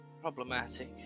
problematic